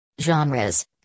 Genres